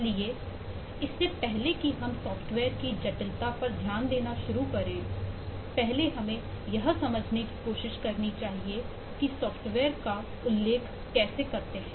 इसलिए इससे पहले कि हम सॉफ्टवेयर की जटिलता पर ध्यान देना शुरू करें पहले हमें यह समझने की कोशिश करनी चाहिए कि सॉफ्टवेयर का उल्लेख कैसे करते हैं